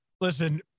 listen